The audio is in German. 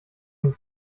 den